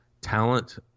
talent